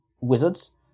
Wizards